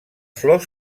flors